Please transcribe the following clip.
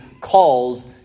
calls